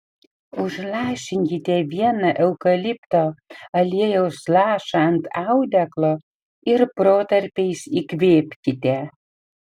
užlašinkite vieną eukalipto aliejaus lašą ant audeklo ir protarpiais įkvėpkite